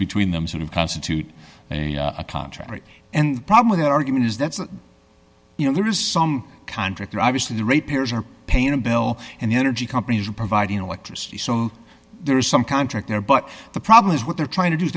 between them sort of constitute a contrary and problem with the argument is that you know there is some contractor obviously the repairs are paying a bill and the energy companies are providing electricity so there is some contract there but the problem is what they're trying to do is